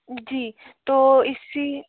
जी तो इसी